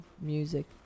music